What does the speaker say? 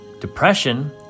depression